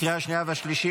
לקריאה השנייה והשלישית.